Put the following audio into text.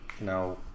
Now